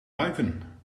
duiken